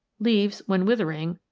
leaves, when withering,